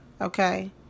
okay